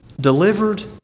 Delivered